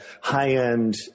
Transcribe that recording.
high-end